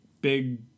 big